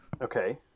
Okay